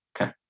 Okay